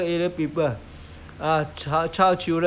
I mean that's why they they're they're they're the rich fellow is